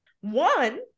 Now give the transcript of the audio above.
One